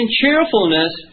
cheerfulness